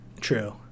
true